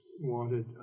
wanted